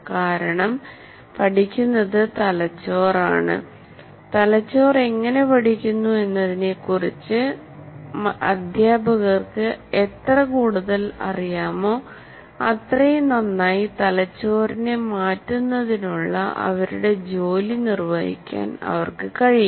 കാരണം പഠിക്കുന്നത് തലച്ചോറാണ് തലച്ചോർ എങ്ങനെ പഠിക്കുന്നു എന്നതിനെക്കുറിച്ച് അധ്യാപകർക്ക് എത്ര കൂടുതൽ അറിയമോഅത്രയും നന്നായി തലച്ചോറിനെ മാറ്റുന്നതിനുള്ള അവരുടെ ജോലി നിർവഹിക്കാൻ അവർക്ക് കഴിയും